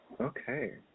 okay